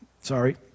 sorry